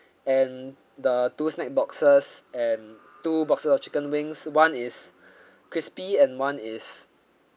and the two snack boxes and two boxes of chicken wings one is crispy and one is